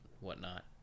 whatnot